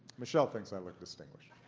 michelle thinks i look distinguished.